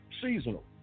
seasonal